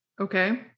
Okay